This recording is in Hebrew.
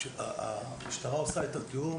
כשהמשטרה עושה את התיאום